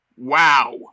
Wow